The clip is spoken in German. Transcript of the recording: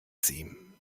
sie